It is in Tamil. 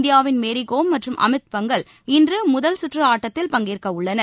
இந்தியாவின் மேரி கோம் மற்றும் அமித் பங்கல் இன்று முதல் கற்று ஆட்டத்தில் பங்கேற்க உள்ளனர்